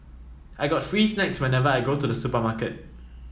I get free snacks whenever I go to the supermarket